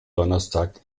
donnerstag